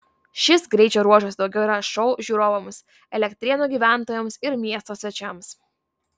šis greičio ruožas daugiau yra šou žiūrovams elektrėnų gyventojams ir miesto svečiams